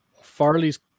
Farley's